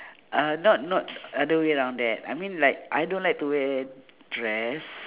uh not not other round there I mean like I don't like to wear dress